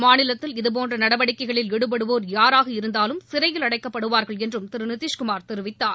மாநிலத்தில் இதுபோன்ற நடவடிக்கைகளில் ஈடுபடுவோர் யாராக இருந்தாலும் அடைக்கப்படுவார்கள் என்றும் திரு நிதிஷ்குமார் தெரிவித்தார்